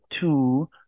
two